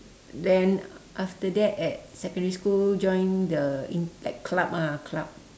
then after that at secondary school join the in~ like club ah club